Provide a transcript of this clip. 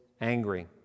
angry